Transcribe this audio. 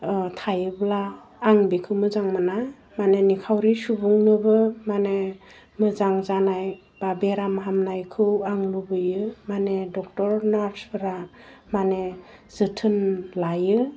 थायोब्ला आं बेखौ मोजां मोना मानि निखावरि सुबुंनोबो मानि मोजां जानाय बा बेराम हामनायखौ आं लुबैयो मानि डक्टर नार्सफोरा मानि जोथोन लायो